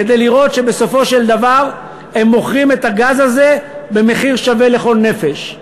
כדי לראות שבסופו של דבר הם מוכרים את הגז הזה במחיר שווה לכל נפש.